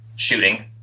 shooting